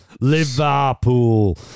Liverpool